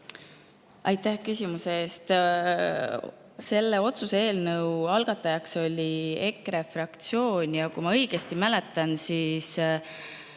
Aitäh küsimuse eest! Selle otsuse eelnõu algatajaks oli EKRE fraktsioon ja kui ma õigesti mäletan, siis